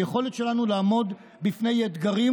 היכולת שלנו לעמוד בפני אתגרים,